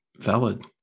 valid